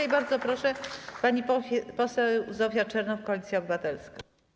I bardzo proszę, pani poseł Zofia Czernow, Koalicja Obywatelska.